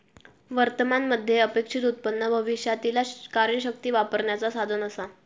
वर्तमान मध्ये अपेक्षित उत्पन्न भविष्यातीला कार्यशक्ती वापरण्याचा साधन असा